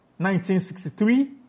1963